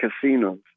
casinos